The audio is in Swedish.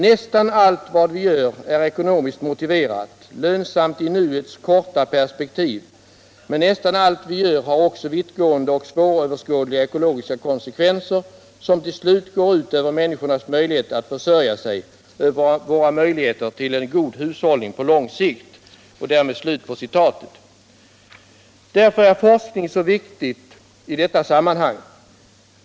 Nästan allt vi gör är ekonomiskt motiverat, lönsamt i nuets korta perspektiv. Men nästan allt vi gör har också vittgående och svåröverskådliga ekologiska konsekvenser, som till slut går ut över människornas möjlighet att försörja sig — över våra möjligheter till en god hushållning på lång sikt.” Därför är forskning så viktig i detta sammanhang.